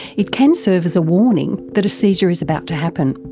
it can serve as a warning that a seizure is about to happen.